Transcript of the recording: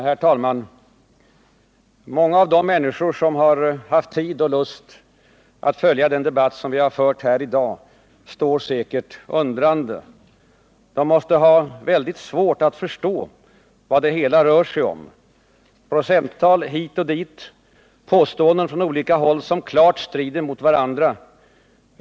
Herr talman! Många av de människor som har haft tid och lust att följa den debatt som vi har fört här i dag står säkert undrande. De måste ha väldigt svårt att förstå vad det hela rör sig om: Procenttal hit och dit. Påståenden från olika håll som klart strider mot varandra.